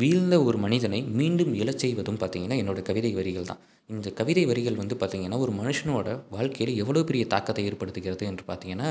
வீழ்ந்த ஒரு மனிதனை மீண்டும் எழுச் செய்வது வந்து பார்த்திங்கனா என்னோட கவிதை வரிகள் தான் இந்த கவிதை வரிகள் வந்து பார்த்திங்கனா ஒரு மனுஷனோட வாழ்க்கையில எவ்வளோ பெரிய தாக்கத்தை ஏற்படுத்துகிறது என்று பார்த்திங்கனா